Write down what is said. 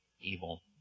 evil